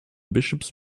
bishops